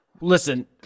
Listen